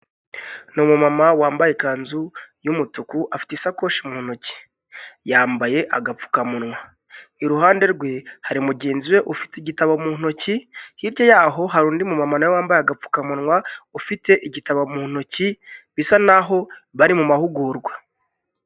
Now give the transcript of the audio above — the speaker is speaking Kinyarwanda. Ni umumama wambaye ikanzu y'umutuku afite isakoshi mu ntoki, yambaye agapfukamunwa, iruhande rwe hari mugenzi we ufite igitabo mu ntoki, hirya y'aho hari undi mumama nawe wambaye agapfukamunwa ufite igitabo mu ntoki bisa n'aho bari mu mahugurwa.